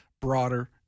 broader